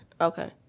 Okay